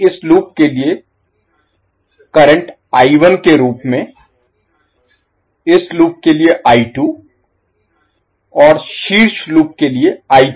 हम इस लूप के लिए करंट के रूप में इस लूप के लिए और शीर्ष लूप के लिए